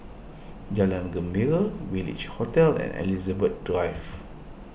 Jalan Gembira Village Hotel and Elizabeth Drive